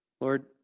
Lord